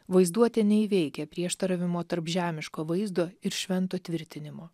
vaizduotė neįveikia prieštaravimo tarp žemiško vaizdo ir švento tvirtinimo